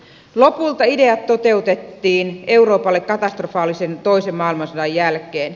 lopulta ideat toteutettiin euroopalle katastrofaalisen toisen maailmansodan jälkeen